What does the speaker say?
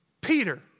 Peter